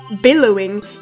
billowing